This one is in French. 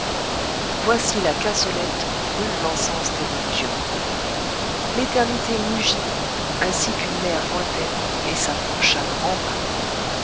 voici la cassolette où brûle l'encens des religions l'éternité mugit ainsi qu'une mer lointaine et s'approche à grands pas